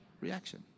reaction